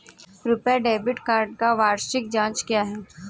RuPay debit card का वार्षिक charge क्या है?